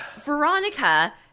Veronica